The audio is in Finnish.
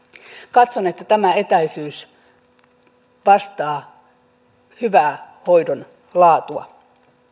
katson että tämä etäisyys vastaa hyvää hoidon laatua